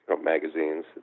magazines